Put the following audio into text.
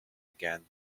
again